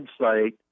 website